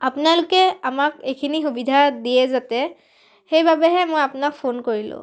আপোনালোকে আমাক এইখিনি সুবিধা দিয়ে যাতে সেইবাবেহে মই আপোনাক ফোন কৰিলোঁ